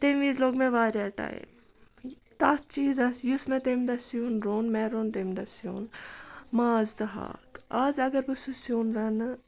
تمہِ وِز لوٚگ مےٚ واریاہ ٹایم تَتھ چیٖزَس یُس مےٚ تمہِ دۄہ سیُن روٚن مےٚ روٚن تمہِ سیُن ماز تہٕ ہاکھ آز اگر بہٕ سُہ سیُن رَنہٕ